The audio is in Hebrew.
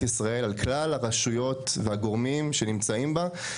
ישראל על כלל הרשויות והגורמים שנמצאים בה.